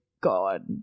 God